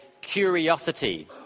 curiosity